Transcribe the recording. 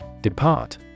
Depart